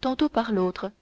tantôt par l'autre